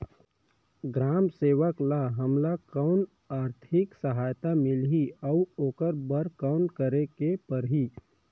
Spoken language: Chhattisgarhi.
ग्राम सेवक ल हमला कौन आरथिक सहायता मिलही अउ ओकर बर कौन करे के परही?